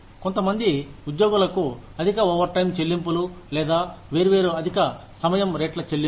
కొంత మంది ఉద్యోగులకు అధిక ఓవర్ టైం చెల్లింపులు లేదా వేర్వేరు అధిక సమయం రేట్ల చెల్లింపు